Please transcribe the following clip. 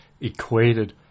equated